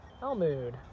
Elmood